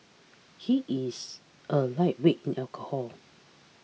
he is a lightweight in alcohol